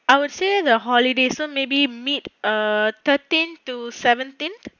I would say the holiday so maybe mid err thirteen to seventeen